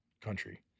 country